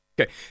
Okay